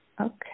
Okay